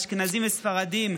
אשכנזים וספרדים,